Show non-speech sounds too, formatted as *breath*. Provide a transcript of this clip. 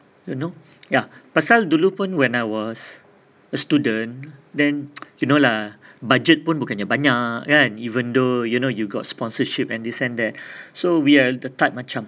you know ya pasal dulu pun when I was a student then *noise* you know lah budget pun bukannye banyak kan even though you know you got sponsorship and this and that *breath* so we are the type macam